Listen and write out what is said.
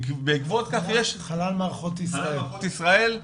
בעקבות כך --- חלל מערכות ישראל.